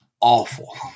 awful